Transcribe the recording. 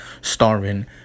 starring